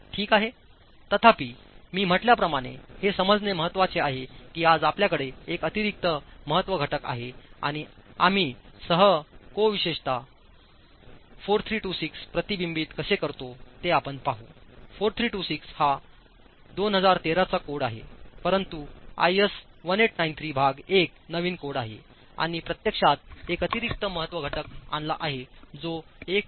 ठीक आहेतथापि मी म्हटल्याप्रमाणे हे समजणे महत्वाचे आहे की आज आपल्याकडे एक अतिरिक्त महत्त्व घटक आहे आणि आम्ही सह कोविशेषत 4326 प्रतिबिंबितकसे करतो तेआपण पाहू 4326 हा 2013 चा कोड आहे परंतु आयएस 1893 भाग 1 नवीन कोड आहे आणि प्रत्यक्षात एक अतिरिक्त महत्त्व घटक आणला आहे जो आता 1